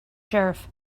sheriff